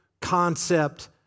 concept